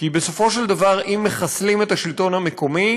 כי בסופו של דבר, אם מחסלים את השלטון המקומי,